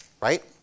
right